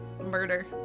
murder